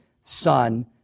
son